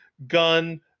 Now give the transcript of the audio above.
Gun